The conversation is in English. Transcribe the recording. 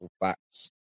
facts